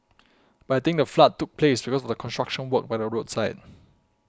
but I think the flood took place because of the construction work by the roadside